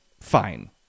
fine